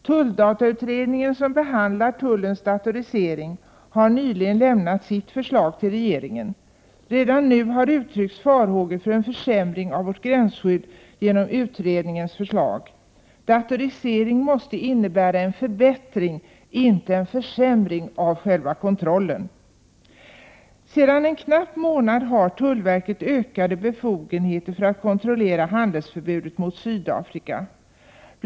Tulldatautredningen, som behandlar tullens datorisering, har nyligen lämnat sitt förslag till regeringen. Det har redan nu uttryckts farhågor för en försämring av vårt gränsskydd genom utredningens förslag. Datorisering måste innebära en förbättring, inte en försämring av själva kontrollen. Sedan en knapp månad har tullverket ökade befogenheter att kontrollera handelsförbudet gentemot Sydafrika.